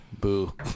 Boo